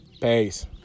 Peace